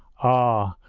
ah,